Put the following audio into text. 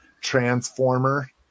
transformer